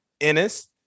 Ennis